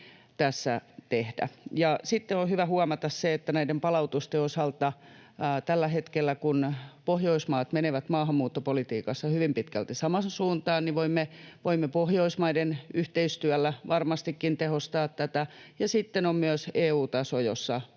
Sitten on hyvä huomata, että näiden palautusten osalta tällä hetkellä, kun Pohjoismaat menevät maahanmuuttopolitiikassa hyvin pitkälti samaan suuntaan, niin voimme Pohjoismaiden yhteistyöllä varmastikin tehostaa tätä. Sitten on myös EU-taso, jossa palautukset